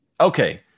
Okay